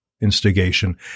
instigation